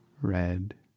Red